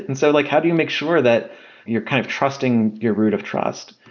and so like how do you make sure that you're kind of trusting your route of trust?